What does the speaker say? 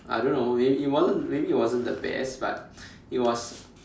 I don't know maybe it wasn't maybe it wasn't the best but it was